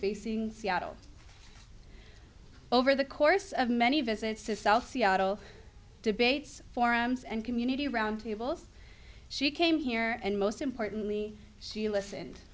facing seattle over the course of many visits to south seattle debates forums and community roundtables she came here and most importantly she listen